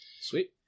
Sweet